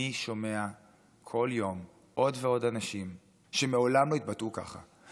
אני שומע כל יום עוד ועוד אנשים שמעולם לא התבטאו ככה,